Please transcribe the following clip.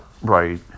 Right